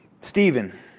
Stephen